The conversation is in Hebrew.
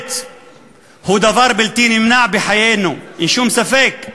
המוות הוא דבר בלתי נמנע בחיינו, אין שום ספק,